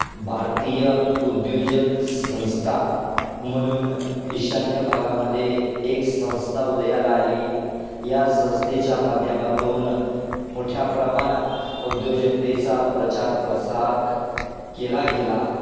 भारतीय उद्योजक संस्था म्हणून ईशान्य भागामध्ये एक संस्था उदयाला आली या संस्थेच्या माध्यमातून मोठ्या प्रमाणात उद्योजकतेचा प्रचार प्रसार केला गेला